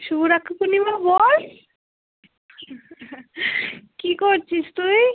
শুভ রাখি পূর্ণিমা বল কী করছিস তুই